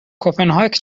کپنهاک